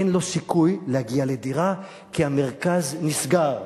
אין לו סיכוי להגיע לדירה, כי המרכז נסגר.